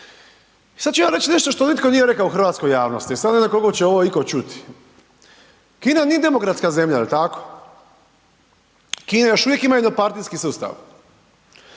sad ću ja reć što nitko nije rekao u hrvatskoj javnosti i sad ne znam koliko će ovo itko čuti, Kina nije demokratska zemlja, jel tako, Kina još uvijek ima jednopartijski sustav.